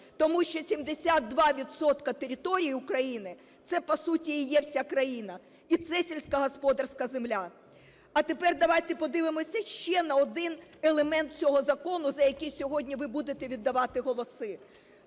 тому що 72 відсотки території України – це по суті і є вся країна, і це сільськогосподарська земля. А тепер давайте подивимося ще на один елемент цього закону, за який сьогодні ви будете віддавати голоси.